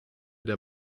der